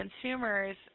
consumers